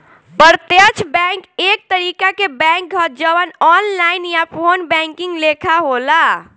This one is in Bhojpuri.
प्रत्यक्ष बैंक एक तरीका के बैंक ह जवन ऑनलाइन या फ़ोन बैंकिंग लेखा होला